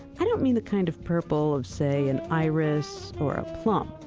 i don't mean the kind of purple of say an iris or a plum.